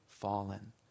fallen